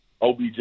OBJ